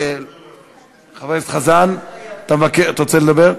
חבר הכנסת חזן, אתה רוצה לדבר?